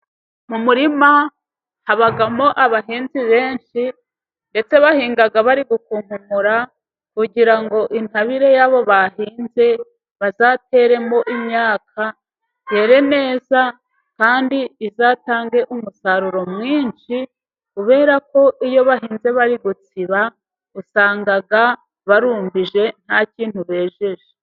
Mu murima habamo abahinzi benshi, ndetse bahinga bari gu kunkumura, kugira ngo intabire yabo bahinze bazateremo imyaka yere neza, kandi izatange umusaruro mwinshi, kubera ko iyo bahinze bari gutsiba usanga barumbije nta kintu bejeje.